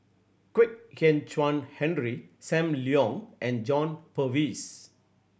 Kwek Kan Chuan Henry Sam Leong and John Purvis